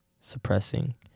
suppressing